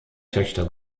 töchter